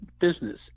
business